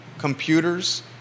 Computers